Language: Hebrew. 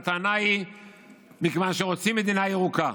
והטענה היא מכיוון שרוצים מדינה ירוקה.